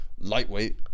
lightweight